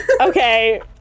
Okay